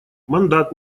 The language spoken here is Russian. мандат